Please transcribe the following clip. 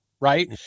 right